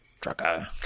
trucker